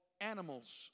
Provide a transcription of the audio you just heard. animals